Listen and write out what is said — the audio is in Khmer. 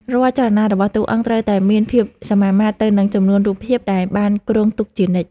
រាល់ចលនារបស់តួអង្គត្រូវតែមានភាពសមាមាត្រទៅនឹងចំនួនរូបភាពដែលបានគ្រោងទុកជានិច្ច។